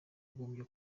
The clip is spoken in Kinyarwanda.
hagombye